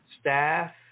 staff